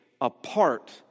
apart